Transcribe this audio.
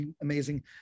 amazing